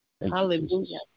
Hallelujah